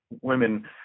women